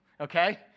okay